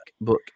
book